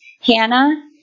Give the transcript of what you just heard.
Hannah